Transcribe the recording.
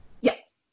Yes